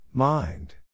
Mind